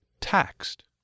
taxed